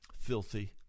filthy